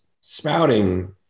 spouting